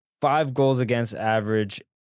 five-goals-against-average